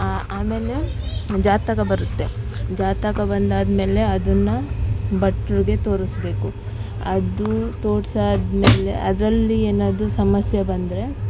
ಆ ಆಮೇಲೆ ಜಾತಕ ಬರುತ್ತೆ ಜಾತಕ ಬಂದಾದ ಮೇಲೆ ಅದನ್ನ ಭಟ್ರುಗೆ ತೋರಿಸ್ಬೇಕು ಅದು ತೋರಿಸಾದ್ಮೇಲೆ ಅದರಲ್ಲಿ ಏನಾದರು ಸಮಸ್ಯೆ ಬಂದರೆ